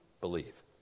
believe